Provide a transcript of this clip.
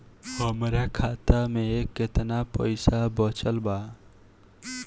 हमरा खाता मे केतना पईसा बचल बा?